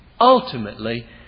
Ultimately